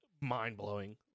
mind-blowing